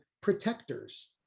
protectors